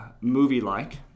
movie-like